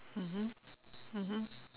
mmhmm mmhmm